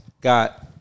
got